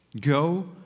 Go